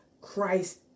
Christ